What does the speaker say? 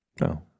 No